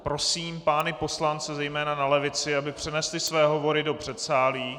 Prosím pány poslance, zejména na levici, aby přenesli své hovory do předsálí.